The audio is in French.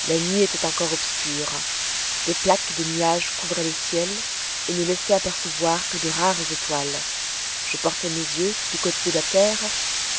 la nuit était encore obscure des plaques de nuages couvraient le ciel et ne laissaient apercevoir que de rares étoiles je portai mes yeux du côté de la terre